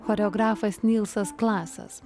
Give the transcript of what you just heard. choreografas nylsas klasas